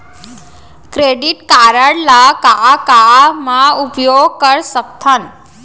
Credit card ला का का मा उपयोग कर सकथन?